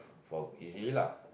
for easier lah